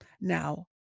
now